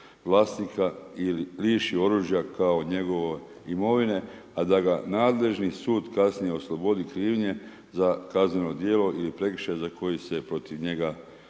vlasnika liši oružja kao njegove imovine, a da ga nadležni sud kasnije oslobodi krivnje za kazneno djelo ili prekršaj za koji se protiv njega vodio